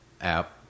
app